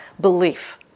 belief